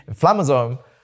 inflammasome